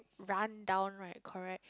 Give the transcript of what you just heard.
rundown right correct